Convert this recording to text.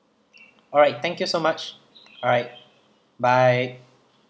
alright thank you so much alright bye